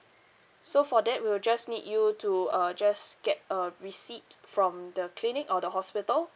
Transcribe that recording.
so for that we'll just need you to uh just get a receipt from the clinic or the hospital